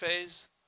phase